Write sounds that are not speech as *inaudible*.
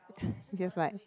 *breath* just like